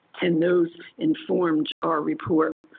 and those informed our report.